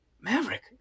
maverick